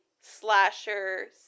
slasher